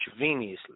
intravenously